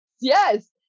Yes